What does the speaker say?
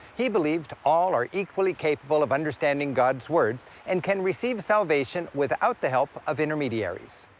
he believed all are equally capable of understanding god's word and can receive salvation without the help of intermediaries.